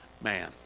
Man